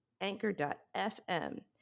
anchor.fm